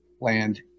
land